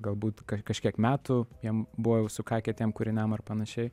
galbūt kažkiek metų jam buvo jau sukakę tiem kūriniam ar panašiai